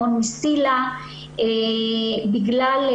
רעננו בחודש יולי האחרון את חובת הדיווח.